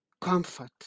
Comfort